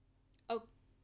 oh